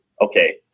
okay